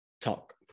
Talk